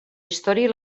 història